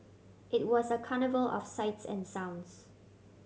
it was a carnival of sights and sounds